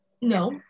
no